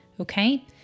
Okay